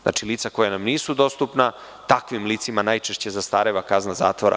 Znači, lica koja nam nisu dostupna, takvim licima najčešće zastareva kazna zatvora.